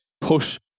push